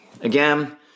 Again